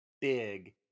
big